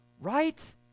Right